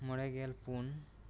ᱢᱚᱬᱮ ᱜᱮᱞ ᱯᱩᱱ